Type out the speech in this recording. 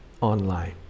online